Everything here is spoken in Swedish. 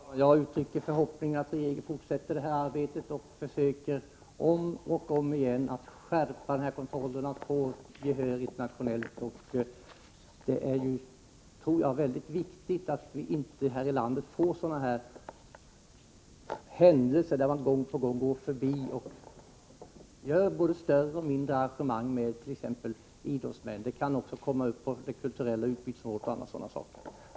Herr talman! Jag uttrycker förhoppningen att regeringen fortsätter med detta arbete och om och om igen försöker skärpa kontrollen för att få internationellt gehör. Det är väldigt viktigt att man inte gång på gång går förbi bestämmelserna och anordnar t.ex. mindre och större idrottsarrangemang med sydafrikanska deltagare. Detsamma gäller för kulturellt utbyte o.d.